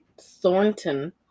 Thornton